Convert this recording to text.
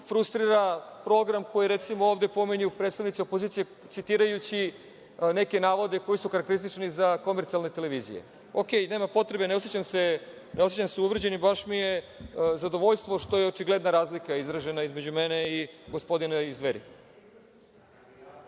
frustrira program koji ovde pominju predstavnici opozicije, citirajući neke navode koji su karakteristični za komercijalne televizije. Nema potrebe, ne osećam se uvređenim, baš mi je zadovoljstvo što je očigledna razlika izražena između mene i gospodina iz Dveri.